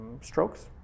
strokes